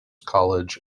college